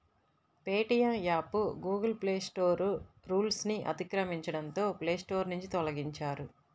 Paytm app Google play store రూల్స్ను అతిక్రమించడంతో play store నుంచి తొలగించారు